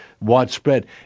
widespread